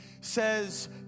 says